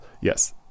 yes